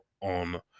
on